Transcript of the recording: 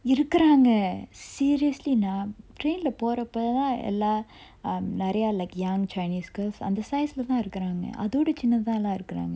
இருக்குறவங்க:irukkuravanga seriously நா:na train lah போறப்ப தான் எல்லா:porappa than ella um young chinese girls undersized lah தான் இருக்குறாங்க அதோட சின்னதாலாம் இருக்குறாங்க:than irukkuranga athoda sinnathalam irukkuranga